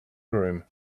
groom